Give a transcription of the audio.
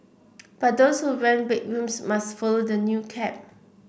but those who rent bedrooms must follow the new cap